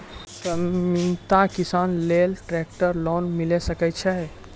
सीमांत किसान लेल ट्रेक्टर लोन मिलै सकय छै?